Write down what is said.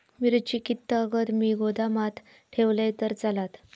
मिरची कीततागत मी गोदामात ठेवलंय तर चालात?